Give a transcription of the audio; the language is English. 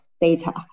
data